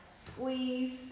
squeeze